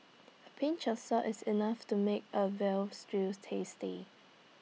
A pinch of salt is enough to make A Veal Stew tasty